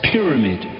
Pyramid